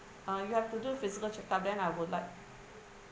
uh you have to do physical checkup then I would like